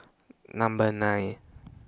Number nine